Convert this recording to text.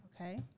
Okay